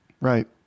Right